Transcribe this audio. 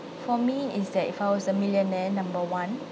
for me is that if I was a millionaire number one